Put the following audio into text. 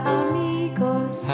amigos